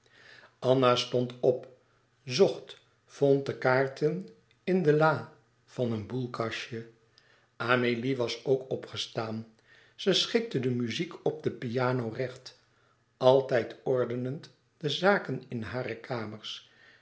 anna stond op zocht vond de kaarten in de lâ van een boule kastje amélie was ook opgestaan ze schikte de muziek op de piano recht altijd ordenend de zaken in hare kamers